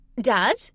Dad